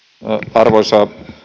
arvoisa